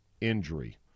injury